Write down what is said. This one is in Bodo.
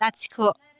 लाथिख'